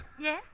Yes